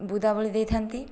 ବୋଦା ବଳୀ ଦେଇଥାନ୍ତି